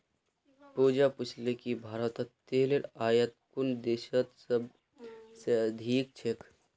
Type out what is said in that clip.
पूजा पूछले कि भारतत तेलेर आयात कुन देशत सबस अधिक ह छेक